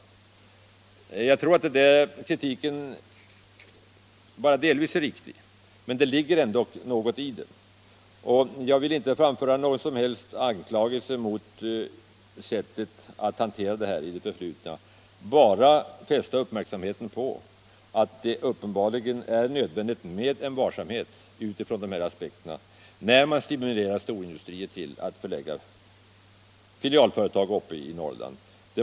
Jag tror att den kritiken bara delvis är riktig, men det ligger ändock något i den. Jag vill inte framföra någon som helst anklagelse mot sättet att hantera det här problemet i det förflutna, bara fästa uppmärksamheten på att det uppenbarligen är nödvändigt med varsamhet utifrån de här aspekterna när man stimulerar storindustrier till att förlägga filialföretag till Norrland.